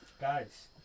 Guys